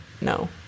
no